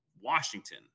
Washington